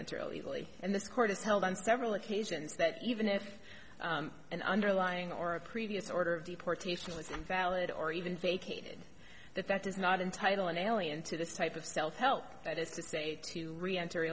enter illegally and this court has held on several occasions that even if an underlying or a previous order of deportations and valid or even vacated that that does not entitle an alien to this type of self help that is to say to reenter